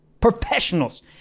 Professionals